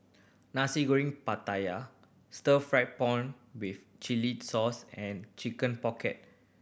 Nasi Goreng Pattaya stir fried prawn with chili sauce and Chicken Pocket